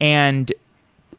and